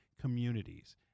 communities